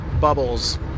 bubbles